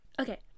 Okay